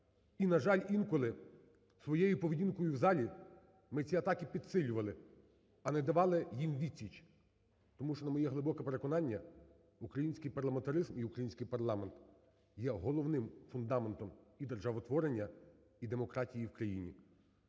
І, на жаль, інколи своєю поведінкою в залі ми ці атаки підсилювали, а не давали їм відсіч, тому що на моє глибоке переконання український парламентаризм і український парламент є головним фундаментом і державотворення, і демократії в країні.